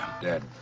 Dead